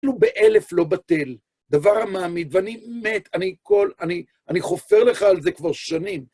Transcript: "אפילו באלף לא בטל, דבר המעמיד", ואני מת... אני כל... אני... אני חופר לך על זה כבר שנים.